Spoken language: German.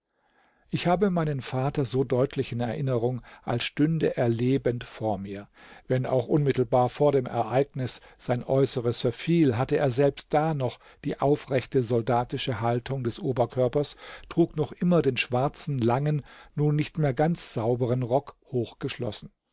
ich habe meinen vater so deutlich in erinnerung als stünde er lebend vor mir wenn auch unmittelbar vor dem ereignis sein äußeres verfiel hatte er selbst da noch die aufrechte soldatische haltung des oberkörpers trug noch immer den schwarzen langen nun nicht mehr ganz sauberen rock